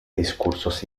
discursos